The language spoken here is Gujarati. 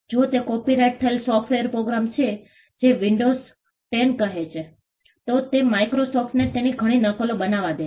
જો તે કોપીરાઇટ થયેલ સોફ્ટવેર પ્રોગ્રામ છે જે વિન્ડોઝ 10 કહે છે તો તે માઇક્રોસોફ્ટોને તેની ઘણી નકલો બનાવવા દે છે